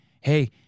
Hey